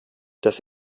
das